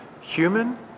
human